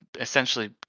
essentially